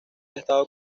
estado